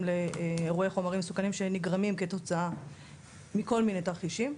לאירועי חומרים מסוכנים שנגרמים כתוצאה מכל מיני תרחישים.